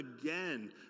again